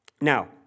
Now